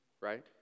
right